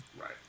Right